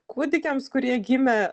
kūdikiams kurie gimę